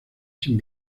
sin